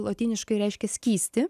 lotyniškai reiškia skystį